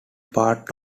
part